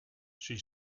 she